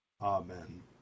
Amen